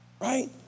right